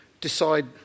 decide